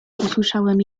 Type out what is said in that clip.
usłyszałem